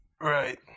Right